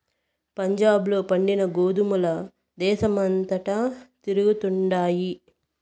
పంజాబ్ ల పండిన గోధుమల దేశమంతటా తిరుగుతండాయి